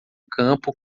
campo